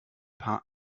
paar